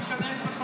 ניכנס בחזרה.